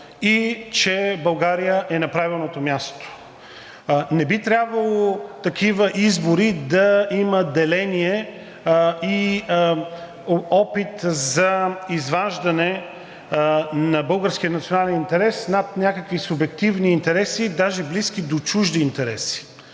и че България е на правилното място. Не би трябвало в такива избори да има деление и опит за изваждане на българския национален интерес над някакви субективни интереси, даже близки до чужди интереси,